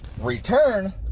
return